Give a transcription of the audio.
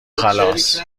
خلاص